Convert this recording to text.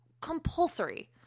compulsory